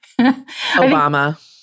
Obama